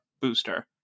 booster